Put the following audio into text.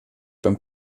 beim